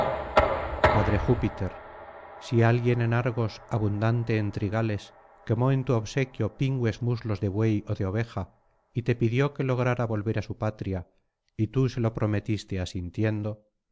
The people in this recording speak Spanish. padre júpiter si alguien en argos abundante en trigales quemó en tu obsequio pingües muslos de buey ó de oveja y te pidió que lograra volver á su patria y tú se lo prometiste asintiendo